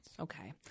Okay